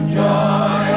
joy